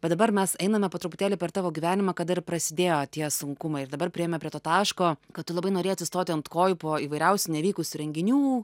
bet dabar mes einame po truputėlį per tavo gyvenimą kada ir prasidėjo tie sunkumai ir dabar priėjome prie to taško kad tu labai norėjai atsistoti ant kojų po įvairiausių nevykusių renginių